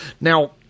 Now